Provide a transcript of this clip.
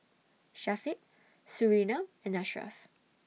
Syafiq Surinam and Ashraff